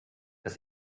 das